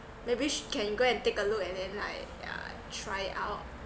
maybe sh~ can go and take a look at then like uh try out